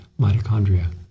mitochondria